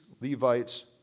Levites